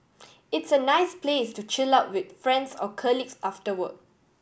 it's a nice place to chill out with friends or colleagues after work